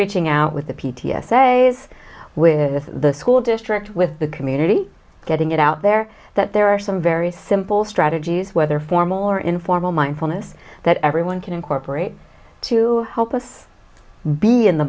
reaching out with the p d s a as with the school district with the community getting it out there that there are some very simple strategies whether formal or informal mindfulness that everyone can incorporate to help us be in the